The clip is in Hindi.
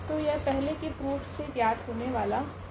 तो यह पहले के प्रूफ से ज्ञात होने वाले परिणाम है